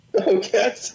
Okay